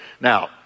Now